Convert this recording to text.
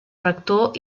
rector